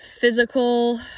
physical